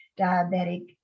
diabetic